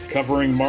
Covering